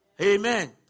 Amen